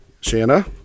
Shanna